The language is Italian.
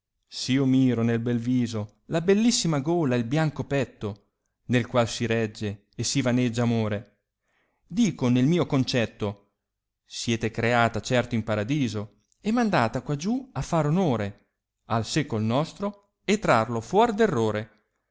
s io miro nel bel viso la bellissima gola il bianco petto nel qual si regge e si vaneggia amore dico nel mio concetto siete creata certo in paradiso e mandata qua giù a far onore al secol nostro e trarlo fuor